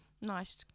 nice